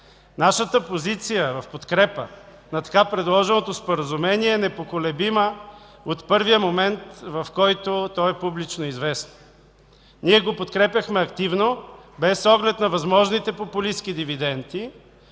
Нашата позиция в подкрепа на така предложеното споразумение е непоколебима от първия момент, в който то е публично известно. Ние го подкрепяхме активно без оглед на възможните популистки дивиденти,